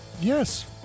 Yes